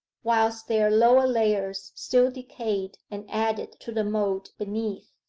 whilst their lower layers still decayed and added to the mould beneath.